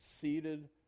seated